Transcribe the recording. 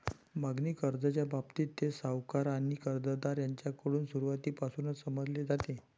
मागणी कर्जाच्या बाबतीत, ते सावकार आणि कर्जदार यांच्याकडून सुरुवातीपासूनच समजले जाते